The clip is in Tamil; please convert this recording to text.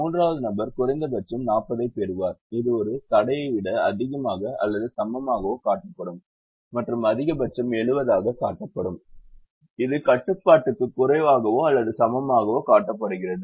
மூன்றாவது நபர் குறைந்தபட்சம் 40 ஐப் பெறுவார் இது ஒரு தடையை விட அதிகமாகவோ அல்லது சமமாகவோ காட்டப்படும் மற்றும் அதிகபட்சம் 70 ஆகக் காட்டப்படும் இது கட்டுப்பாட்டுக்கு குறைவாகவோ அல்லது சமமாகவோ காட்டப்படுகிறது